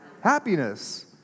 happiness